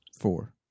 Four